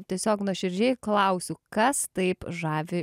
tiesiog nuoširdžiai klausiu kas taip žavi